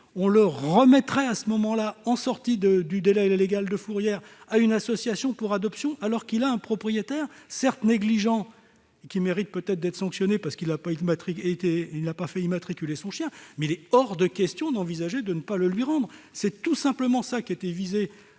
On le remettrait alors à la sortie du délai légal de fourrière à une association pour adoption, alors qu'il a un propriétaire, certes négligent et qui mérite peut-être d'être sanctionné pour n'avoir pas fait immatriculer son chien ? Il est hors de question d'envisager de ne pas le lui rendre. C'est simplement cela que visait